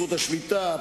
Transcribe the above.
זכות השביתה,